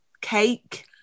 cake